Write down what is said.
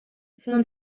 són